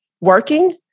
working